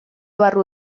barru